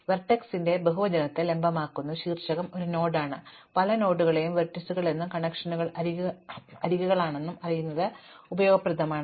വെർട്ടെക്സിന്റെ ബഹുവചനത്തെ ലംബമാക്കുന്നു ശീർഷകം ഒരു നോഡാണ് പല നോഡുകളെയും വെർട്ടീസുകൾ എന്നും ഈ കണക്ഷനുകൾ അരികുകളാണെന്നും അറിയുന്നത് ഉപയോഗപ്രദമാണ്